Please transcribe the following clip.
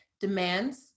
demands